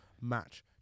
match